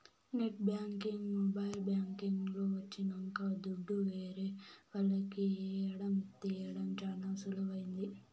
net banking mobile banking లు వచ్చినంక దుడ్డు ఏరే వాళ్లకి ఏయడం తీయడం చానా సులువైంది